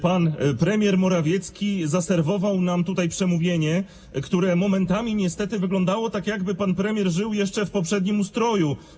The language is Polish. Pan premier Morawiecki zaserwował nam tutaj przemówienie, które momentami niestety wyglądało tak, jakby pan premier żył jeszcze w poprzednim ustroju.